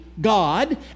God